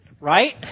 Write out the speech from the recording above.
Right